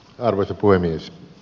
arvoisa puhemies